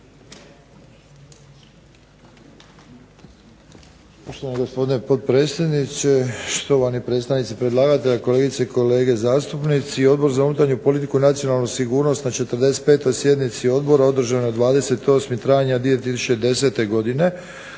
Poštovani gospodine potpredsjedniče, štovani predstavnici predlagatelja, kolegice i kolege zastupnici. Odbor za unutarnju politiku i nacionalnu sigurnost na 45. sjednici Odbora održanoj 28. travnja 2010. godine